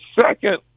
second